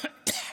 ואמרו: